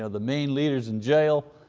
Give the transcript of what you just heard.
ah the main leader is in jail.